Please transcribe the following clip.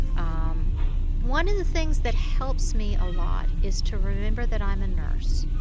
um one of the things that helps me a lot is to remember that i'm a nurse,